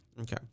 Okay